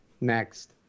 next